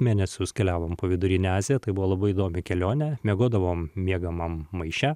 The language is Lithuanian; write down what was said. mėnesius keliavom po vidurinę aziją tai buvo labai įdomi kelionę miegodavom miegamam maiše